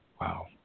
Wow